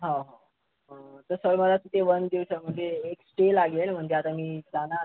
हो हो हो तर सर मला तिथे वन दिवसामध्ये एक स्टे लागेल म्हणजे आता मी जाणार